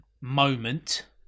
moment